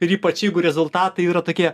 ir ypač jeigu rezultatai yra tokie